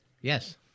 Yes